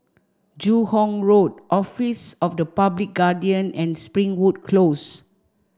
Joo Hong Road Office of the Public Guardian and Springwood Close